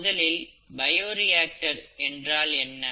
முதலில் பயோரியாக்டர் என்றால் என்ன